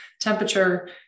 temperature